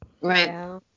Right